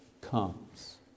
comes